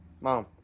Mom